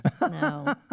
No